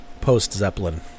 post-Zeppelin